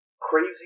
crazy